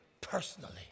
personally